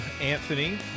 Anthony